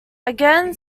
again